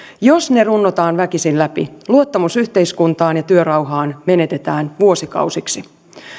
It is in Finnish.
jos ne runnotaan väkisin läpi luottamus yhteiskuntaan ja työrauhaan menetetään vuosikausiksi